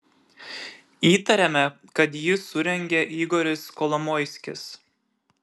įtariame kad jį surengė igoris kolomoiskis